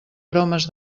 aromes